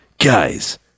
guys